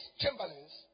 chamberlains